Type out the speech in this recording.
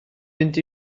mynd